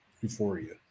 Euphoria